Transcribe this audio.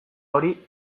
hori